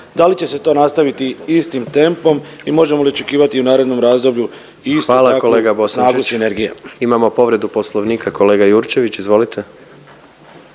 Da li će se to nastaviti istim tempom i možemo li očekivali i u narednom razdoblju istu takvu snagu sinergije? **Jandroković, Gordan (HDZ)** Hvala kolega Bosančić. Imamo povredu Poslovnika, kolega Jurčević, izvolite.